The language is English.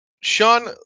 Sean